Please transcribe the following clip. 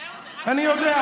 זהו, זה רק שלטון, אני יודע.